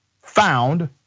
found